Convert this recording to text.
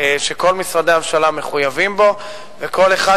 שכל משרדי הממשלה מחויבים בו וכל אחד